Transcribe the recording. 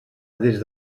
des